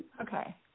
Okay